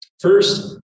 First